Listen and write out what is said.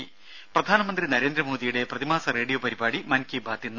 ദേദ പ്രധാനമന്ത്രി നരേന്ദ്രമോദിയുടെ പ്രതിമാസ റേഡിയോ പരിപാടി മൻകി ബാത് ഇന്ന്